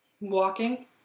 Walking